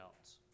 else